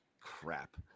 crap